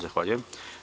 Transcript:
Zahvaljujem.